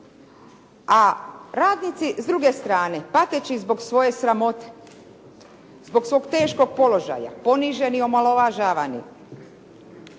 A radnici s druge strane, pateći zbog svoje sramote, zbog svog teškog položaja, poniženi, omalovažavani,